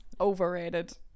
overrated